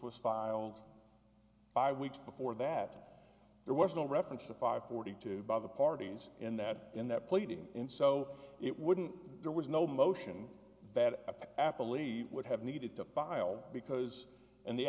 was filed five weeks before that there was no reference to five forty two by the parties in that in that pleading in so it wouldn't there was no motion that the apple leave would have needed to file because in the